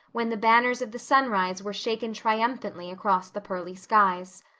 when the banners of the sunrise were shaken triumphantly across the pearly skies.